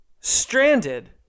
Stranded